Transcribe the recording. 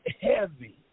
heavy